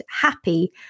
happy